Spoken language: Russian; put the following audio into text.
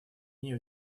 ней